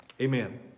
Amen